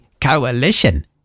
coalition